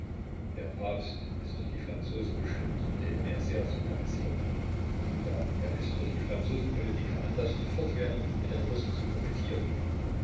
der papst ist durch die franzosen bestimmt mit denen er sehr sympathisiert ja er ist durch die franzosenpolitik veranlaßt fortwährend mit den russen zu